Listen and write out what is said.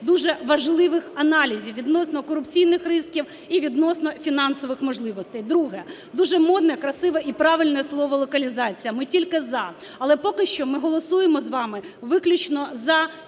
дуже важливих аналізів відносно корупційних ризиків і відносно фінансових можливостей. Друге. Дуже модне, красиве і правильне слово "локалізація". Ми тільки "за". Але поки що ми голосуємо з вами виключно за